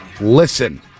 Listen